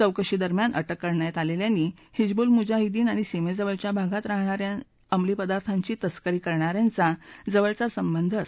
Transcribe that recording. चौकशीदरम्यान अटक करण्यात आलेल्यांनी हिजबूल मुजाहिद्दीन आणि सीमेजवळच्या भागात राहणा या अंमली पदार्थांची तस्करी करणा यांचा जवळचा संबंध असल्याचं सांगितलं